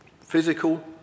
Physical